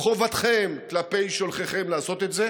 חובתכם כלפי שולחיכם לעשות את זה.